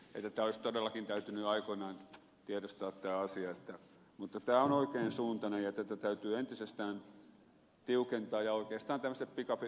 tämä asia olisi todellakin täytynyt aikoinaan tiedostaa mutta tämä on oikean suuntainen ja tätä täytyy entisestään tiukentaa ja oikeastaan tämmöiset pikavippifirmat voisi poistaa